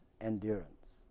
endurance